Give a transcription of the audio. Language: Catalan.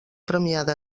premiada